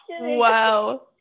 Wow